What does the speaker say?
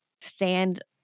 stand